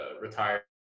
retire